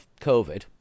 COVID